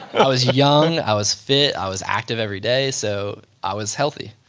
i was young, i was fit, i was active every day so i was healthy